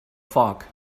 foc